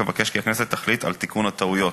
אבקש כי הכנסת תחליט על תיקון הטעויות.